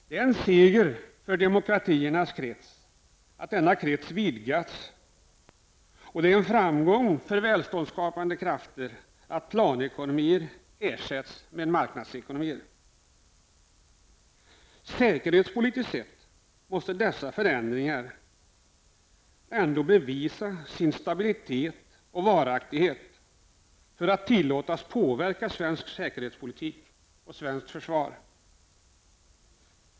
Det är en seger för demokratiernas krets att denna krets vidgas, och det är en framgång för välståndsskapande krafter att planekonomier ersätts med marknadsekonomier. Säkerhetspolitiskt måste dessa förändringar emellertid bevisa sin stabilitet och varaktighet för att tillåtas påverka svensk säkerhetspolitik och svenskt försvar.